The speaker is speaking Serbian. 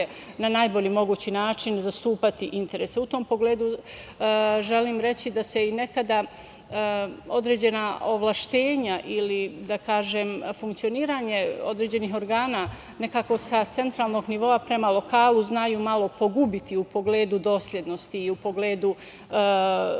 na najbolji mogući način zastupati interese.U tom pogledu želim reći da se nekada određena ovlašćenja ili funkcionisanje određenih organa nekako sa centralnog nivoa prema lokalu znaju malo pogubiti u pogledu doslednosti i u pogledu